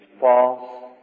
false